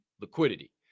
liquidity